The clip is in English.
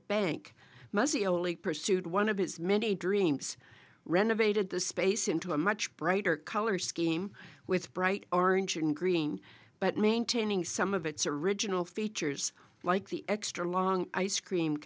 bank mostly only pursued one of its many dreams renovated the space into a much brighter colors scheme with bright orange and green but maintaining some of its original features like the extra long ice cream